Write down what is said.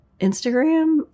Instagram